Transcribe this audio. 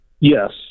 Yes